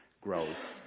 grows